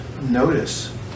notice